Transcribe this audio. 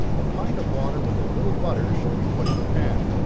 a pint of water with a little butter should be put in the pan.